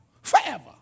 forever